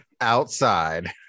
outside